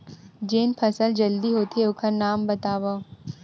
जेन फसल जल्दी होथे ओखर नाम बतावव?